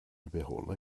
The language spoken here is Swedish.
behålla